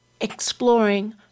exploring